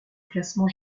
classement